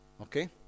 Okay